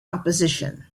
opposition